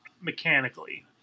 mechanically